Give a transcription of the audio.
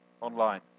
online